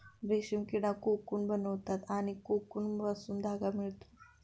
रेशीम किडा कोकून बनवतात आणि कोकूनपासून धागा मिळतो